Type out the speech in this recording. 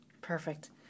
perfect